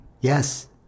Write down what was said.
Yes